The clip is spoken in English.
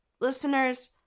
listeners